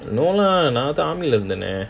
no lah நான் தான்:naan thaan army lah இருந்தானே:irunthane